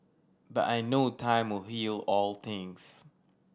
but I know time will heal all things